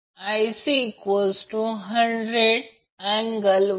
मग हे प्रत्यक्षात रिअक्टिव पॉवर देईल कसे ते शोधावे लागेल